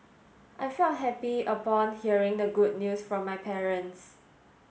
I felt happy upon hearing the good news from my parents